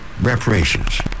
reparations